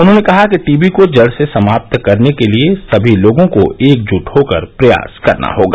उन्होंने कहा कि टीबी को जड़ से समाप्त करने के लिए समी लोगों को एकज्ट होकर प्रयास करना होगा